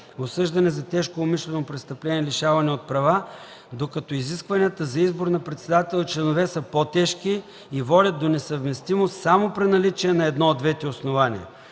осъждане за тежко умишлено престъпление и лишаване от права, докато изискванията за избор на председател и членове са по-тежки и водят до несъвместимост само при наличие на едно от двете основания.